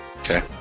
Okay